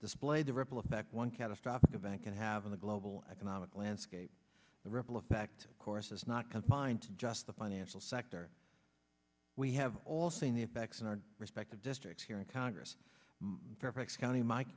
displayed the ripple effect one catastrophic event can have on the global economic landscape the ripple effect of course is not confined to just the financial sector we have all seen the effects in our respective districts here in congress fairfax county my